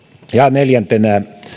neljäntenä